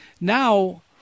Now